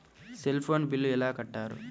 Cell phone bill ఎలా కట్టారు?